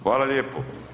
Hvala lijepo.